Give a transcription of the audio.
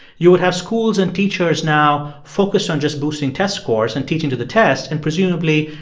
you would have schools and teachers now focused on just boosting test scores and teaching to the test. and presumably,